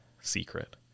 secret